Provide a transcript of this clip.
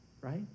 right